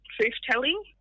truth-telling